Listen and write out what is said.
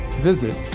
visit